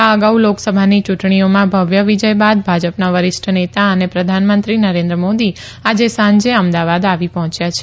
આ અગાઉ લોકસભાની યુંટણીઓમાં ભવ્ય વિજય બાદ ભાજપના વરિષ્ઠ નેતા અને પ્રધાનમંત્રી નરેન્દ્ર મોદી આજે સાંજે અમદાવાદ આવી પહોંચ્યા છે